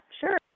sure